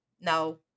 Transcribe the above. No